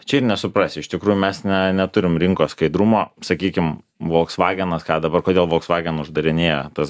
čia ir nesuprasi iš tikrųjų mes ne neturim rinkos skaidrumo sakykim volkswagenas ką dabar kodėl volkswagen uždarinėja tas